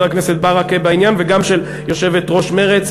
הכנסת ברכה בעניין וגם של יושבת-ראש מרצ,